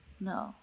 no